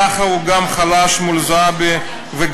ככה הוא גם חלש מול זועבי וגטאס.